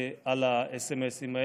למעט האירוע הזה,